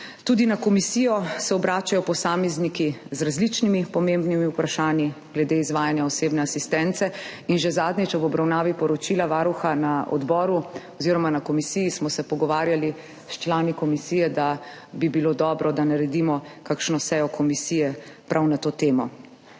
Tudi na komisijo se obračajo posamezniki z različnimi pomembnimi vprašanji glede izvajanja osebne asistence. Že zadnjič, ob obravnavi poročila Varuha na komisiji smo se s člani komisije pogovarjali, da bi bilo dobro, da naredimo kakšno sejo komisije prav na to temo.